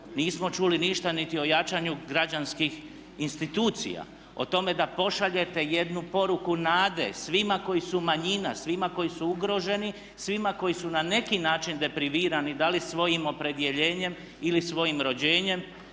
nismo čuli ništa niti o jačanju građanskih institucija, o tome da pošaljete jednu poruku nade svima koji su manjina, svima koji su ugroženi, svima koji su na neki način deprivirani da li svojim opredjeljenjem ili svojim rođenjem